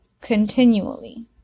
continually